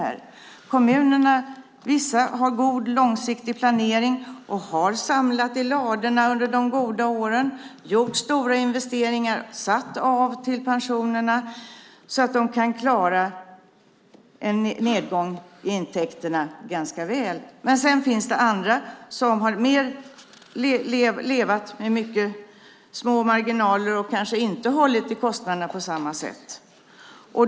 Vissa kommuner har god långsiktig planering. De har samlat i ladorna under de goda åren, gjort stora investeringar och satt av till pensionerna så att de kan klara en nedgång i intäkterna ganska väl. Sedan finns det andra som har levt med mycket små marginaler och kanske inte har hållit i kostnaderna på samma sätt.